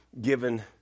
given